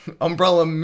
Umbrella